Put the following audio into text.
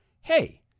hey